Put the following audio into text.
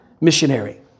missionary